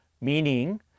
Meaning